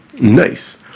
Nice